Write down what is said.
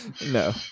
no